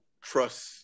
trust